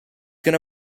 gonna